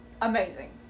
amazing